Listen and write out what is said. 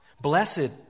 Blessed